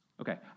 Okay